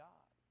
God